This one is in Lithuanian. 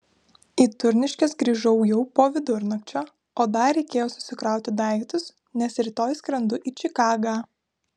į turniškes grįžau jau po vidurnakčio o dar reikėjo susikrauti daiktus nes rytoj skrendu į čikagą